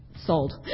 sold